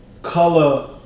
color